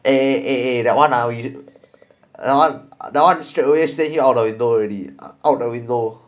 eh eh eh eh that one ah that one that one just straight away stay him out of the window already out the window